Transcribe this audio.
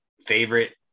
favorite